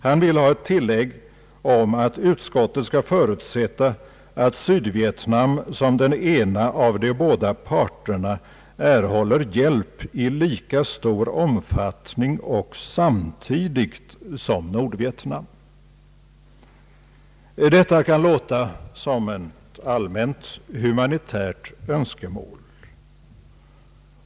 Han vill ha ett tillägg om att utskottet skall förutsätta att Sydvietnam som den ena av de båda parterna erhåller hjälp i lika stor omfattning och samtidigt som Nordvietnam. Det kan låta som ett allmänt humanitärt önskemål.